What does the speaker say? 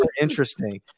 interesting